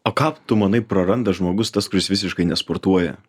o ką tu manai praranda žmogus tas kuris visiškai nesportuoja